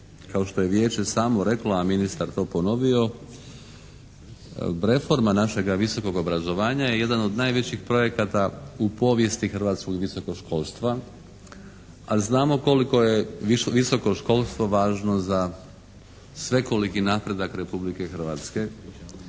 kao što je vijeće samo reklo a ministar to ponovio reforma našeg visokog obrazovanja je jedan od najvećih projekata u povijesti hrvatskog visokog školstva a znamo koliko je visoko školstvo važno za svekoliki napredak Republike Hrvatske.